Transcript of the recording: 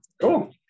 Cool